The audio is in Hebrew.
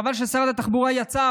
חבל ששרת התחבורה יצאה,